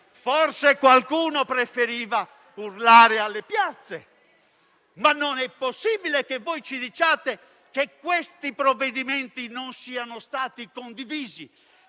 Forse qualcuno preferiva urlare alle piazze, ma non è possibile che ci diciate che questi provvedimenti non sono stati condivisi